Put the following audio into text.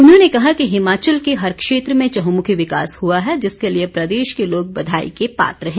उन्होंने कहा कि हिमाचल के हर क्षेत्र में चहुंमुखी विकास हुआ है जिसके लिए प्रदेश के लोग बधाई के पात्र हैं